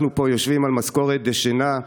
אנחנו פה יושבים על משכורת דשנה,